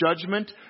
judgment